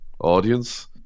audience